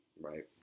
right